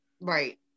Right